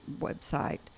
website